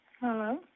Hello